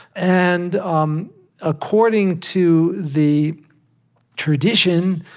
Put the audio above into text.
and um according to the tradition,